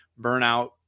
burnout